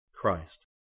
Christ